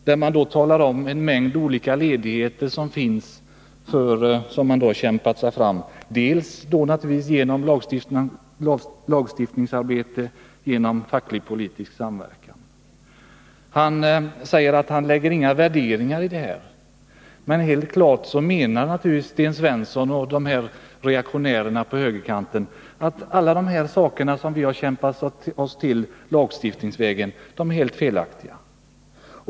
Där stod att läsa om en mängd olika ledigheter som man kämpat sig till genom lagstiftningsarbete och facklig-politisk samverkan. Han säger att han inte lägger några värderingar i detta. Men helt klart menar Sten Svensson och reaktionärerna på högerkanten att det är helt felaktigt att vi har de här förmånerna som vi har kämpat oss till lagstiftningsvägen.